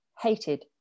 hated